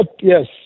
yes